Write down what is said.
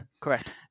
Correct